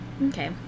Okay